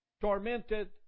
tormented